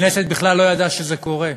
הכנסת בכלל לא ידעה שזה קורה.